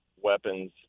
weapons